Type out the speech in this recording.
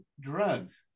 drugs